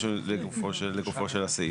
לגופו של הסעיף.